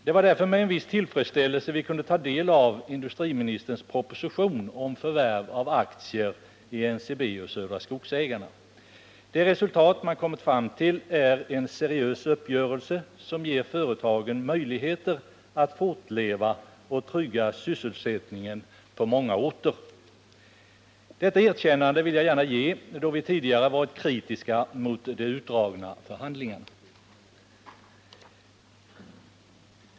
Det var därför med en viss tillfredsställelse som vi kunde ta del av industriministerns proposition om förvärv av aktier i NCB och Södra Skogsägarna. Det resultat som man har kommit fram till är en seriös uppgörelse som ger företagen möjligheter att fortleva och trygga sysselsättningen på många orter. Detta erkännande vill jag gärna ge, då vi tidigare har varit kritiska mot de utdragna förhandlingarna.